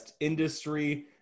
industry